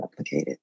replicated